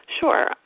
Sure